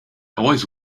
always